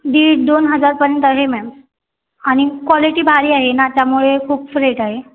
दीड दोन हजारपर्यंत आहे मॅम आणि क्वालेटी भारी आहे ना त्यामुळे खूप रेट आहे